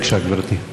בבקשה, גברתי.